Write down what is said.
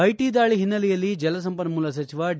IT ದಾಳಿ ಹಿನ್ನೆಲೆಯಲ್ಲಿ ಜಲಸಂಪನ್ನೂಲ ಸಚಿವ ಡಿ